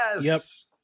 Yes